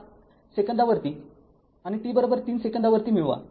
५ सेकंदावरती आणि t३ सेकंदावरती मिळवा